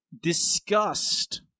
disgust